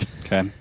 Okay